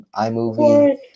iMovie